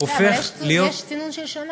הופך להיות, יש צינון של שנה.